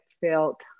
felt